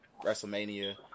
WrestleMania